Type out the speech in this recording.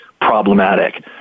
problematic